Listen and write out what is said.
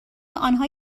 آنها